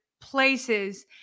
places